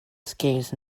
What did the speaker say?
scales